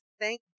Thank